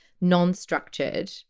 non-structured